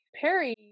Perry